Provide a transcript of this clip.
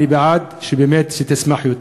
אני בעד שבאמת תצמח יותר.